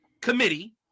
committee